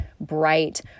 bright